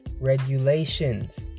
regulations